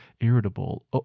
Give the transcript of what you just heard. irritable